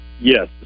Yes